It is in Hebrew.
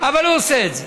אבל היא עושה את זה.